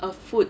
a food